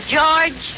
George